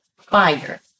fire